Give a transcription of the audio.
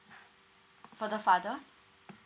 for the father